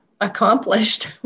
accomplished